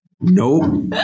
Nope